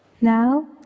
Now